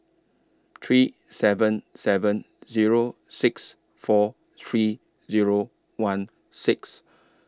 three seven seven Zero six four three Zero one six